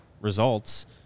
results –